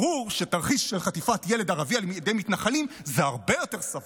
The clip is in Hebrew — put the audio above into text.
ברור שתרחיש של חטיפת ילד ערבי על ידי מתנחלים זה הרבה יותר סביר.